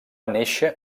néixer